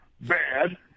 bad